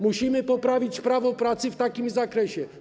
Musimy poprawić prawo pracy w takim zakresie.